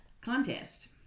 contest